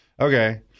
okay